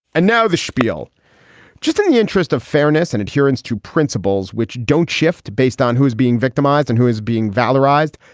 and now the schpiel just in the interest of fairness and adherence to principles which don't shift based on who's being victimized and who is being valorized,